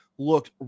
looked